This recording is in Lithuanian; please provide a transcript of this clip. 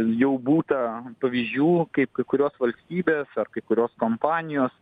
jau būta pavyzdžių kaip kai kurios valstybės ar kai kurios kompanijos